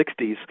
60s